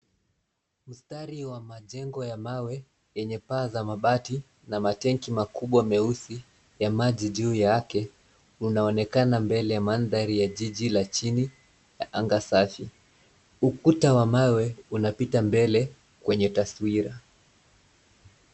Mstari wa majengo ya mawe yenye paa za mabati na matengi makubwa meusi ya maji juu yake unaonekana mbele mandhari ya jiji la chini na anga safi. Ukuta wa mawe unapita mbele kwenye taswira.